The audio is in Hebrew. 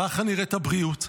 ככה נראית הבריאות,